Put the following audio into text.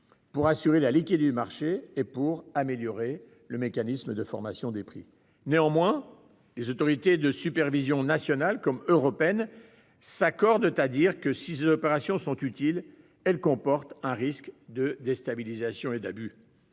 pour assurer la liquidité du marché et pour améliorer le mécanisme de formation des prix. Néanmoins, les autorités de supervision nationales comme européennes considèrent que, si ces opérations sont utiles, elles comportent un risque de déstabilisation et d'abus.